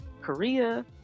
Korea